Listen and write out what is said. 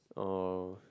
oh